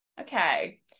okay